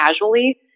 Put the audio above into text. casually